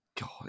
God